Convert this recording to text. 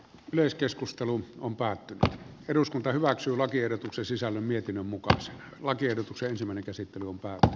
yleiskeskustelu on päätti eduskunta hyväksyi lakiehdotuksen sisällön mietinnön mukaan se lakiehdotuksensa meni käsittelu päältä